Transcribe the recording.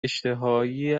اشتهایی